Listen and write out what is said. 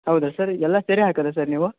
ಹೌದಾ ಸರ್ ಎಲ್ಲ ಸೇರಿ ಹಾಕೋದ ಸರ್ ನೀವು